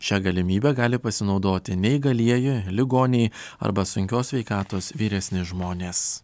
šia galimybe gali pasinaudoti neįgalieji ligoniai arba sunkios sveikatos vyresni žmonės